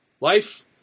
life